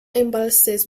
embalses